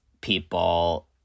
people